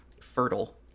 fertile